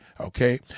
okay